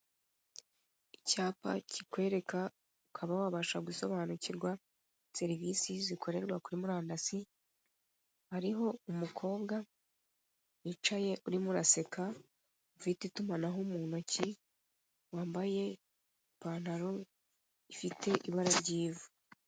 Icyapa kikwereka ukaba wabasha gusonubakirwa serivise zikorerwa kuri murandasi hariho umukobwa wicaye urimo uraseka ufite itumanaho mu ntoki wambaye ipantaro ifite ibara ry'ivu.